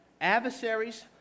Adversaries